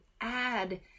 add